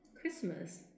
Christmas